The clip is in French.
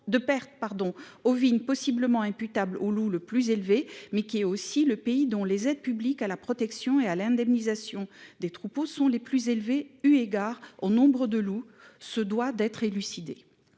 de pertes ovines possiblement imputables au loup le plus élevé, mais c'est aussi le pays dont les aides publiques à la protection et à l'indemnisation des troupeaux sont les plus élevées eu égard au nombre de loups. Deux hypothèses : soit